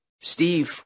Steve